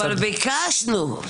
אבל ביקשנו,